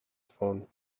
phone